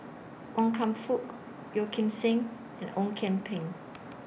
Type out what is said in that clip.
Wan Kam Fook Yeo Kim Seng and Ong Kian Peng